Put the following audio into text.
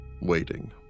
waiting